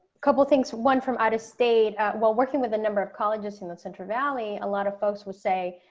couple things one from out-of-state, while working with a number of colleges in the central valley, a lot of folks will say,